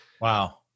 Wow